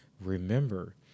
remember